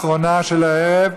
אנחנו בהצעה האחרונה של הערב,